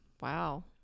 Wow